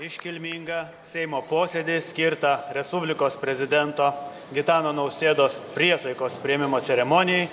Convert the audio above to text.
iškilmingą seimo posėdį skirtą respublikos prezidento gitano nausėdos priesaikos priėmimo ceremonijai